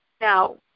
Now